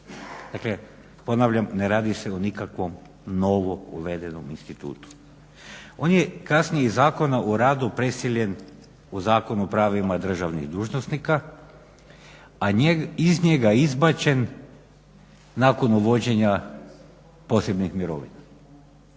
Dakle, ponavljam ne radi se o nikakvom novom uvedenom institutu. On je kasnijih Zakona o radu preseljen u Zakon o pravima hrvatskih dužnosnika, a iz njega je izbačen nakon uvođenja posebnih mirovina.